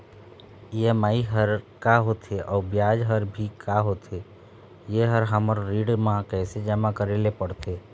EMI हर का होथे अऊ ब्याज हर भी का होथे ये हर हमर ऋण मा कैसे जमा करे ले पड़ते?